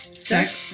Sex